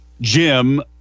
Jim